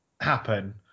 happen